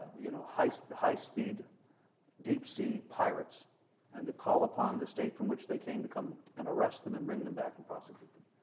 you know, high-speed high-speed deep-sea pirates and to call upon the state from which they came to come and arrest them and bring them back and prosecute them.